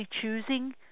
choosing